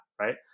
right